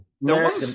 no